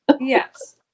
yes